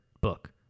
book